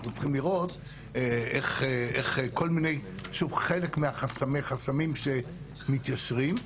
אנחנו צריכים לראות איך חלק מחסמי החסמים מתיישרים,